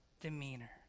demeanor